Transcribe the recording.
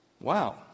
wow